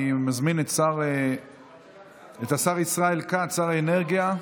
אני מזמין את השר ישראל כץ, שר האנרגיה.